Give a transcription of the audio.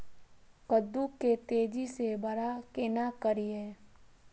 कद्दू के तेजी से बड़ा केना करिए?